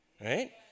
Right